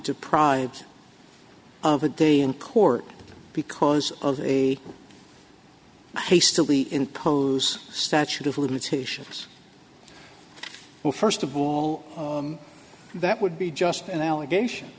deprived of a day in court because of a hastily impose statute of limitations or first of all that would be just an allegation